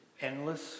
endless